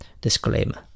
Disclaimer